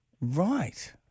Right